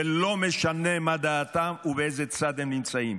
ולא משנה מה דעתם ובאיזה צד הם נמצאים.